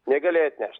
negalėjo atnešt